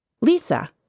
Lisa